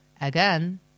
again